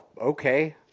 Okay